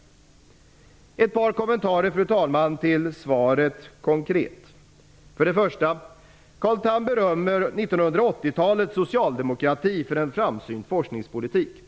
Fru talman! Jag har ett par kommenterar till svaret, rent konkret. Till att börja med berömmer Carl Tham 1980 talets socialdemokrati för en framsynt forskningspolitik.